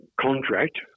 contract